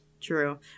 True